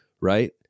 right